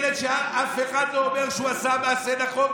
ילד שאף אחד לא אומר שהוא עשה מעשה נכון,